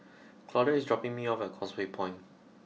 Claudia is dropping me off at Causeway Point